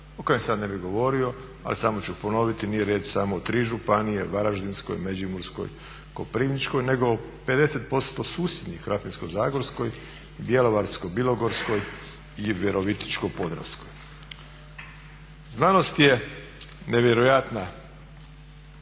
o kojem sada ne bi govorio, a samo ću ponoviti, nije riječ samo o 3 županije Varaždinskoj, Međimurskoj, Koprivničkoj nego 50% susjednih Krapinsko-zagorskoj, Bjelovarsko-bilogorskoj i Virovitičko-podravskoj. Znanost je nevjerojatna,